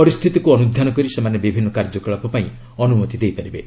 ପରିସ୍ଥିତିକୁ ଅନୁଧ୍ୟାନ କରି ସେମାନେ ବିଭିନ୍ନ କାର୍ଯ୍ୟକଳାପ ପାଇଁ ଅନୁମତି ଦେଇପାରିବେ